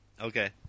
Okay